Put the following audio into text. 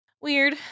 Weird